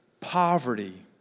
poverty